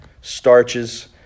starches